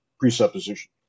presupposition